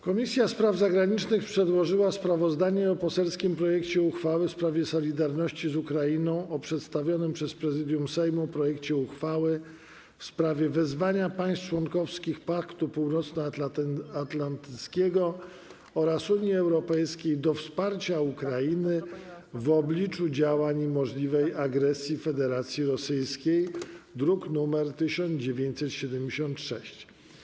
Komisja Spraw Zagranicznych przedłożyła sprawozdanie: o poselskim projekcie uchwały w sprawie solidarności z Ukrainą; o przedstawionym przez Prezydium Sejmu projekcie uchwały w sprawie wezwania państw członkowskich Paktu Północnoatlantyckiego oraz Unii Europejskiej do wsparcia Ukrainy w obliczu działań i możliwej agresji Federacji Rosyjskiej, druk nr 1976.